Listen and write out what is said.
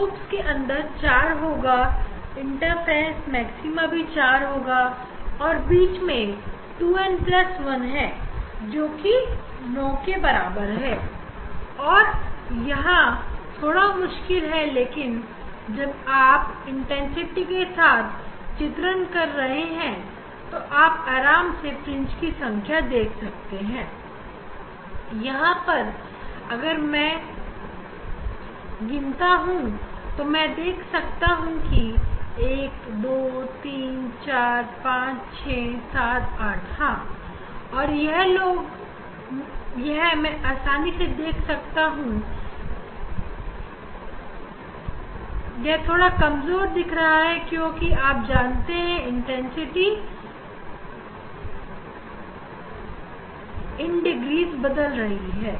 Lobes के अंदर चार् होगा इंटरफ्रेंस मैक्सिमा भी 4 होगा और बीच में 2n1 जोकि 9 है और अब यहां थोड़ा मुश्किल लेकिन तब जब आप तीव्रता के साथ चित्रण कर रहे हैं जहां आप आराम से fringe की संख्या देख सकते हैं यहां आप अगर यहां मैं गिनता हूं तो मैं देख सकता हूं कि 123456789 हां और यह लोग में मैं आसानी से देख सकता हूं एक थोड़ा कमजोर दिख रहा है क्योंकि क्योंकि आप जानते हैं क्योंकि तीव्रता इज डॉग्स के अंदर बदलती है